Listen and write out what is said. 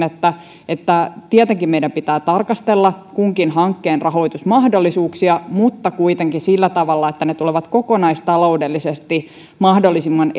että että tietenkin meidän pitää tarkastella kunkin hankkeen rahoitusmahdollisuuksia mutta kuitenkin sillä tavalla että ne tulevat kokonaistaloudellisesti mahdollisimman